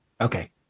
Okay